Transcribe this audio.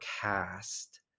cast